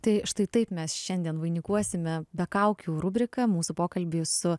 tai štai taip mes šiandien vainikuosime be kaukių rubriką mūsų pokalbį su